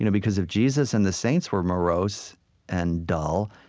you know because if jesus and the saints were morose and dull,